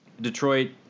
detroit